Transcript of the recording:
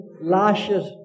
lashes